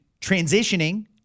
transitioning